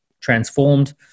transformed